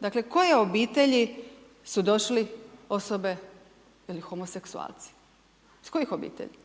dakle, koje obitelji su došli osobe ili homoseksualci, iz kojih obitelji?